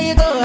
go